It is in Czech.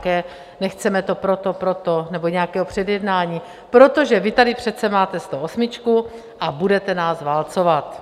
Bez slůvka nechceme to proto, proto, nebo nějakého předjednání, protože vy tady přece máte stoosmičku a budete nás válcovat.